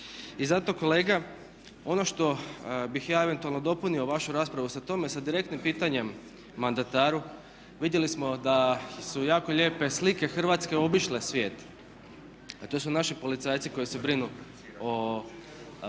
I zato kolega ono što bih ja eventualno dopunio vašu raspravu sa direktnim pitanjem mandataru, vidjeli smo da su jako lijepe slike Hrvatske obišle svijet, a to su naši policajci koji se brinu o